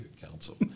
council